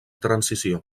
transició